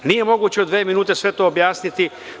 Nije moguće u dve minute sve to objasniti.